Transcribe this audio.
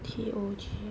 T_O_G